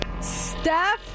Steph